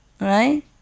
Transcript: right